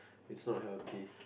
it's not healthy